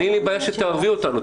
אין לי בעיה שתערבי אותנו,